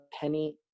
penny